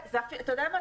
אתה יודע מה?